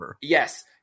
yes